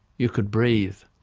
you could breathe,